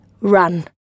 run